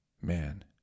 Man